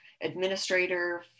administrator